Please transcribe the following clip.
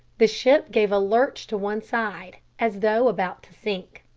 the ship gave a lurch to one side as though about to sink.